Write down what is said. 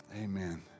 Amen